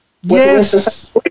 Yes